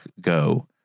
go